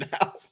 now